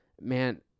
man